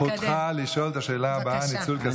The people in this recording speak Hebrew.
זכותך לשאול את השאלה הבאה על ניצול כספי הקרן לשמירת הניקיון.